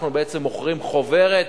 אנחנו בעצם מוכרים חוברת,